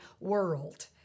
world